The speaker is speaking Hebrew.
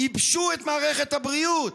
ייבשו את מערכת הבריאות.